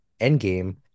Endgame